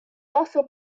also